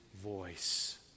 voice